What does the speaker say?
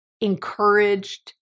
encouraged